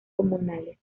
comunales